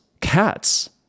Cats